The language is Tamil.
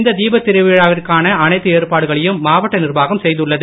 இந்த தீபத் திருவிழாவிற்கான அனைத்து ஏற்பாடுகளையும் மாவட்ட நிர்வாகம் செய்துள்ளது